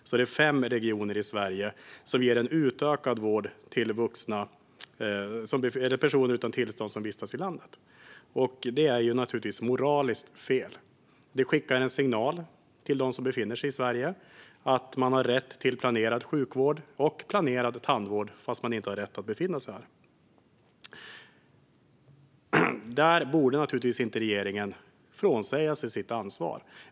Men fem regioner i Sverige ger alltså en utökad vård till personer som vistas i landet utan tillstånd. Det är naturligtvis moraliskt fel. Det skickar en signal till dem som befinner sig i Sverige om att man har rätt till planerad sjukvård och planerad tandvård fast man inte har rätt att befinna sig här. Här borde naturligtvis inte regeringen frånsäga sig sitt ansvar.